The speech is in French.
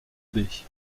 baie